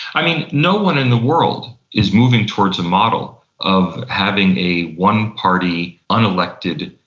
i mean, no one in the world is moving towards a model of having a one-party, unelected,